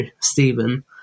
Stephen